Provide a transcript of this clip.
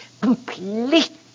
completely